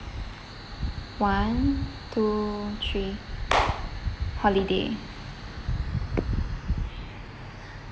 one two three holiday